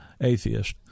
atheist